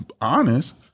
honest